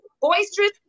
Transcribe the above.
boisterous